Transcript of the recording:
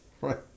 Right